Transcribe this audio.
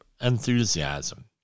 enthusiasm